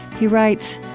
he writes,